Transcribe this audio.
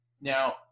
Now